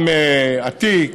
עם עתיק,